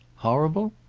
horrible?